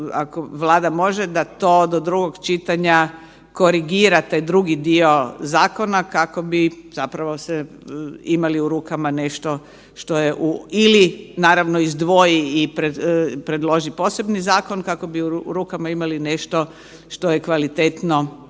ako Vlada može da to do drugog čitanja korigirate drugi dio zakona kako bi zapravo se imali u rukama nešto što je ili naravno izdvoji i predloži posebni zakon, kako bi u rukama imali nešto što je kvalitetno